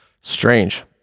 Strange